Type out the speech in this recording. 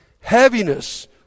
heaviness